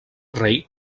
rei